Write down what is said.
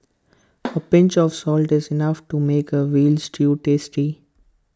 A pinch of salt is enough to make A Veal Stew tasty